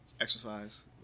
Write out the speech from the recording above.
exercise